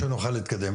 על מנת שנוכל להתקדם.